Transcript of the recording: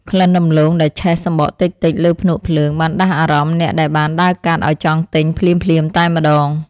ក្លិនដំឡូងដែលឆេះសំបកតិចៗលើភ្នក់ភ្លើងបានដាស់អារម្មណ៍អ្នកដែលបានដើរកាត់ឱ្យចង់ទិញភ្លាមៗតែម្តង។